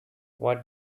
what